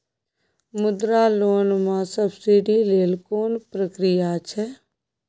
मुद्रा लोन म सब्सिडी लेल कोन प्रक्रिया छै?